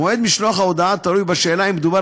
מועד משלוח ההודעה תלוי בשאלה אם מדובר